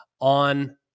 on